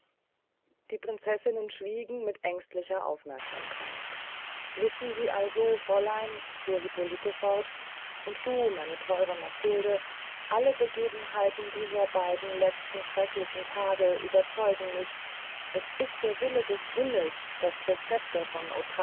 die prinzessinnen schwiegen mit ängstlicher aufmerksamkeit wissen sie also fräulein fuhr hippolite fort und du meine theure matilde alle begebenheiten dieser beyden letzten schrecklichen tage überzeugen mich es ist der wille des himmels daß der scepter von